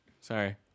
Sorry